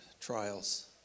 trials